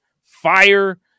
fire